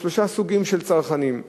לשלושה סוגים של צרכנים: